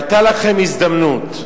היתה לכם הזדמנות,